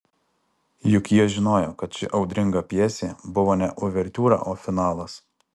juk jie žinojo kad ši audringa pjesė buvo ne uvertiūra o finalas